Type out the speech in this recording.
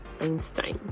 Einstein